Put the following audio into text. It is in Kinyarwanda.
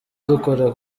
dukora